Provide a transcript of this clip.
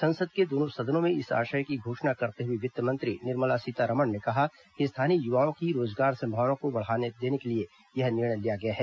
संसद के दोनों सदनों में इस आशय की घोषणा करते हुए वित्त मंत्री निर्मला सीतारमण ने कहा कि स्थानीय युवाओं की रोजगार संभावनाओं को बढ़ावा देने के लिए यह निर्णय लिया गया है